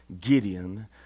Gideon